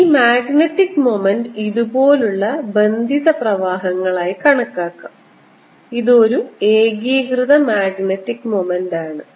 ഈ magnetic moment ഇതുപോലുള്ള ബന്ധിത പ്രവാഹങ്ങളായി കണക്കാക്കാം ഇത് ഒരു ഏകീകൃത മാഗ്നറ്റിക് മൊമൻറ്ന് ആണ്